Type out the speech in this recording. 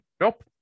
nope